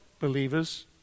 believers